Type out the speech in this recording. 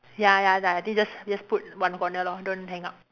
ya ya ya I think just just put one corner lor don't hang up